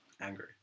angry